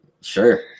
Sure